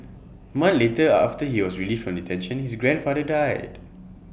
month later A after he was released from detention his grandfather died